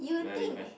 really meh